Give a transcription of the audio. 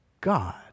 God